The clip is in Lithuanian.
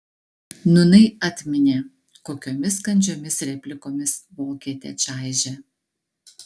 nūnai atminė kokiomis kandžiomis replikomis vokietę čaižė